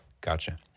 Gotcha